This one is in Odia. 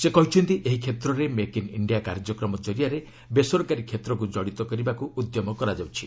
ସେ କହିଛନ୍ତି ଏହି କ୍ଷେତ୍ରରେ ମେକ୍ ଇନ୍ ଇଣ୍ଡିଆ କାର୍ଯ୍ୟକ୍ରମ ଜରିଆରେ ବେସରକାରୀ କ୍ଷେତ୍ରକୁ ଜଡିତ କରିବାକୁ ଉଦ୍ୟମ କରାଯାଉଛି